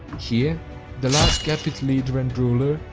here the last gepid leader and ruler,